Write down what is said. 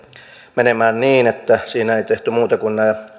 menemään niin että siinä ei tehty muuta kuin nämä